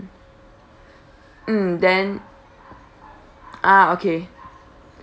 mm then ah okay